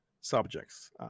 subjects